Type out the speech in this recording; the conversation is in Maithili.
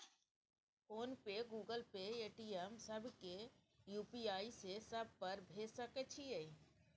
फोन पे, गूगल पे, पेटीएम, सब के यु.पी.आई से सब पर भेज सके छीयै?